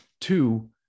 Two